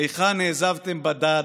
איכה נעזבתם בדד,